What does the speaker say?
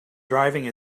driving